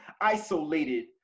isolated